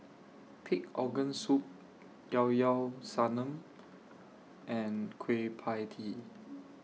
Pig Organ Soup Llao Llao Sanum and Kueh PIE Tee